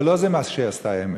אבל לא זה מה שהיא עשתה אמש.